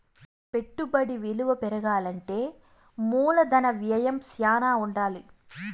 పెట్టుబడి విలువ పెరగాలంటే మూలధన వ్యయం శ్యానా ఉండాలి